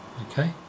okay